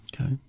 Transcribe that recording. Okay